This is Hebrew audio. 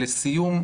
לסיום,